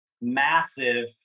massive